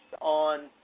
on